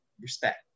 respect